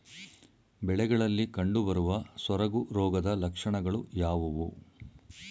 ಬೆಳೆಗಳಲ್ಲಿ ಕಂಡುಬರುವ ಸೊರಗು ರೋಗದ ಲಕ್ಷಣಗಳು ಯಾವುವು?